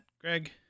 Greg